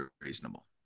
reasonable